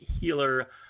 healer